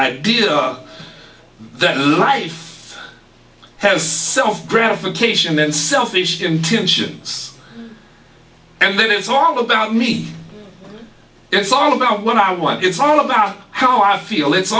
idea that life has self gratification and selfish intentions and then it's all about me it's all about what i want it's all about how i feel it's